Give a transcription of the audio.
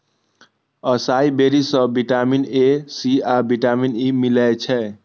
असाई berry सं vitamin A, C आ vitamin E मिलै छै